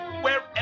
Wherever